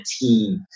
team